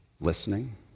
Listening